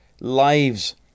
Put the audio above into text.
lives